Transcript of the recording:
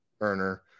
earner